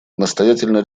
настоятельно